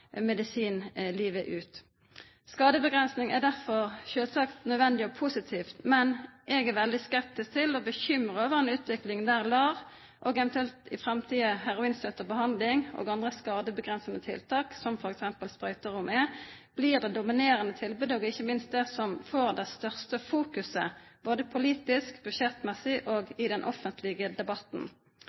medisin livet ut. Skadebegrensning er selvsagt nødvendig og positivt. Men jeg er veldig skeptisk til og bekymret over en utvikling der LAR og eventuelt i framtiden heroinstøttet behandling og andre skadebegrensende tiltak, som f.eks. sprøyterom, blir det dominerende tilbudet og ikke minst det som får størst fokus både politisk, budsjettmessig og i den offentlige debatten.